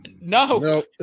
No